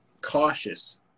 cautious